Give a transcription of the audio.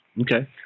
Okay